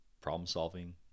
problem-solving